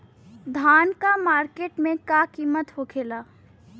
धान क मार्केट में का कीमत होखेला?